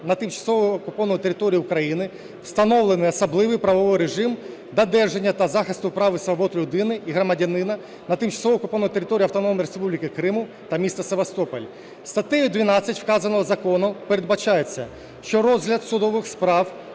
на тимчасово окупованій території України" встановлено особливий правовий режим додержання та захисту прав і свобод людини і громадянина на тимчасово окупованій території Автономної Республіки Крим та міста Севастополя. Статтею 12 вказаного закону передбачається, що розгляд судових справ,